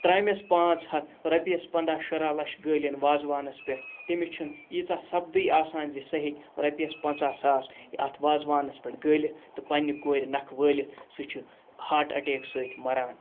ترٛامیٚس پانٛژھ ہتھ رۄپیَس پنٛداہ شُراہ لَچھ گٲلِن وازوانَس پٮ۪ٹھ تٔمِس چھُنہٕ ایٖژاہ سَپدٕے آسان زِ سُہ ہیٚکہِ رۄپیَس پَنٛژاہ ساس اَتھ وازوانَس پٮ۪ٹھ گٲلِتھ تہٕ پنٛنہِ کورِ نَکھٕ وٲلِتھ سُہ چھُ ہاٹ اَٹیک سۭتۍ مَران